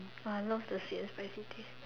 !wah! I love the sweet and spicy taste